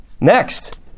Next